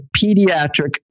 pediatric